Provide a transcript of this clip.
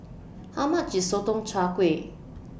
How much IS Sotong Char Kway